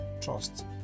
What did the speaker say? trust